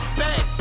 back